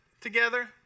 together